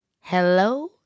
Hello